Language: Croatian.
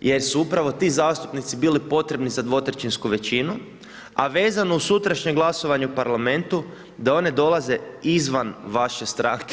jer su upravo ti zastupnici bili potrebni za dvotrećinsku većinu a vezno uz sutrašnje glasovanje u parlamentu da one dolaze izvan vaše stranke.